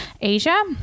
Asia